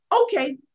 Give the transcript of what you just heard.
Okay